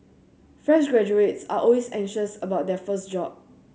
fresh graduates are always anxious about their first job